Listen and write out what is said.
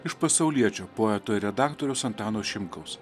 iš pasauliečio poeto ir redaktoriaus antano šimkaus